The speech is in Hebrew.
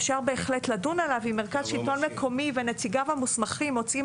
אפשר בהחלט לדון עליו אם מרכז שלטון מקומי ונציגיו המוסמכים מוצאים